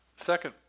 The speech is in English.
second